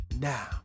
Now